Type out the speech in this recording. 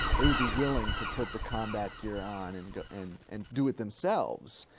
they would be willing to put the combat gear on and go, and, and do it themselves.